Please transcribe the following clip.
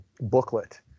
booklet